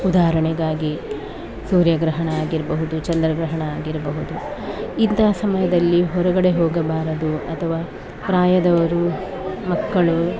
ಉದಾಹರಣೆಗಾಗಿ ಸೂರ್ಯಗ್ರಹಣ ಆಗಿರಬಹುದು ಚಂದ್ರಗ್ರಹಣ ಆಗಿರಬಹುದು ಇಂತಹ ಸಮಯದಲ್ಲಿ ಹೊರಗಡೆ ಹೋಗಬಾರದು ಅಥವಾ ಪ್ರಾಯದವರು ಮಕ್ಕಳು